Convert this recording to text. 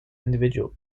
individual